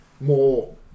more